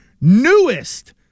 newest